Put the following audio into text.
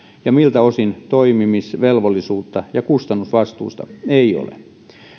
ja miltä osin toimimisvelvollisuutta ja kustannusvastuuta ei ole